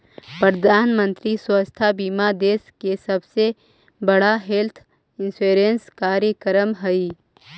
प्रधानमंत्री स्वास्थ्य बीमा देश के सबसे बड़ा हेल्थ इंश्योरेंस कार्यक्रम हई